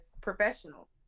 professional